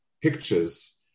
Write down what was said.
pictures